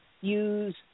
use